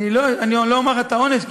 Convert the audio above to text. אני לא אומר את העונש,